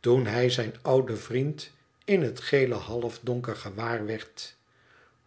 toen hij zijn ouden vriend in het gele halfdonker gewaar werd